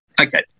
Okay